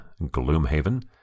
Gloomhaven